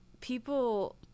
people